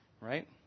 Right